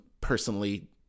personally